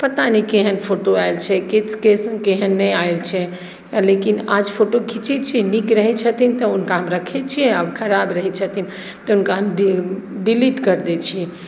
पता नहि केहन फोटो आयल छै केहन नहि आयल छै लेकिन आज फोटो घीँचैत छियै नीक रहैत छथिन तऽ हुनका हम रखैत छियै आ खराब रहैत छथिन तऽ हुनका हम डिलीट कर दै छियै